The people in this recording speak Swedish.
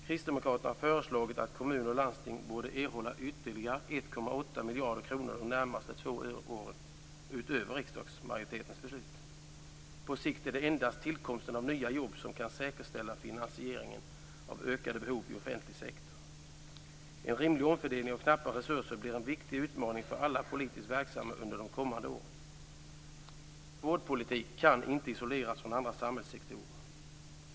Kristdemokraterna har föreslagit att kommuner och landsting borde erhålla ytterligare 1,8 miljarder kronor de närmaste två åren utöver riksdagsmajoritetens beslut. På sikt är det endast tillkomsten av nya jobb som kan säkerställa finansieringen av ökade behov i offentlig sektor. En rimlig omfördelning av knappa resurser blir en viktig utmaning för alla politiskt verksamma under de kommande åren. Vårdpolitik kan inte isoleras från andra samhällssektorer.